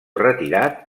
retirat